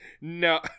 no